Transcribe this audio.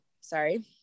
sorry